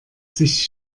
sich